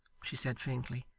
she said faintly.